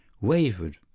wavered